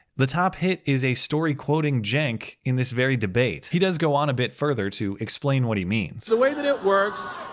the top hit is a story quoting cenk, in this very debate. he does go on a bit further, to explain what he means. the way that it works,